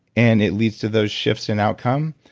and it leads to those shifts and outcome,